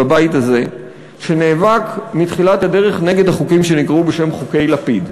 פה בבית הזה שנאבק מתחילת הדרך נגד החוקים שנקראו בשם "חוקי לפיד"